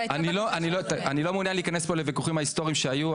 אני לא מעוניין להיכנס פה לויכוחים ההיסטוריים שהיו,